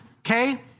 Okay